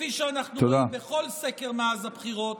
כפי שאנחנו רואים בכל סקר מאז הבחירות,